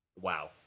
Wow